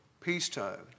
peacetime